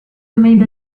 remained